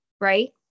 Right